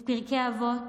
את פרקי אבות,